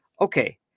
okay